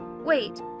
Wait